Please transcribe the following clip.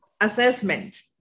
assessment